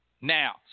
Now